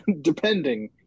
depending